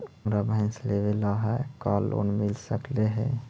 हमरा भैस लेबे ल है का लोन मिल सकले हे?